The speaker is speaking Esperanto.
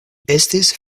estis